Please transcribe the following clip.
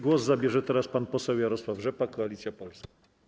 Głos zabierze teraz pan poseł Jarosław Rzepa, Koalicja Polska.